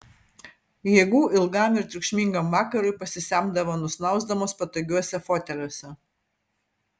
jėgų ilgam ir triukšmingam vakarui pasisemdavo nusnausdamos patogiuose foteliuose